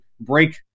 break